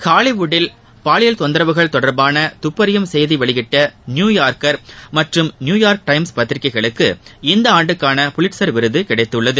ஹாலிவுட்டில் பாலியல் தொந்தரவுகள் தொடர்பான துப்பறியும் செய்தி வெளியிட்ட நியூயார்க்கர் மற்றும் நியூயார்க் டைம்ஸ் பத்திரிக்கைகளுக்கு இந்த ஆண்டுக்கான புலிட்சர் விருது கிடைத்துள்ளது